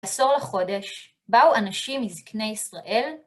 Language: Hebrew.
עשור לחודש. באו אנשים מזקני ישראל?